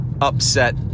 upset